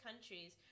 countries